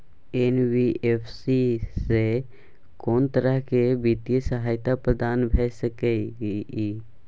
NBFC स कोन सब तरह के वित्तीय सहायता प्रदान भ सके इ? इ